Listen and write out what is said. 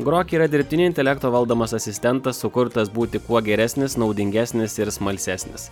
grok yra dirbtinio intelekto valdomas asistentas sukurtas būti kuo geresnis naudingesnis ir smalsesnis